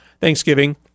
Thanksgiving